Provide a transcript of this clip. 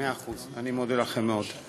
מאה אחוז, אני מודה לך מאוד.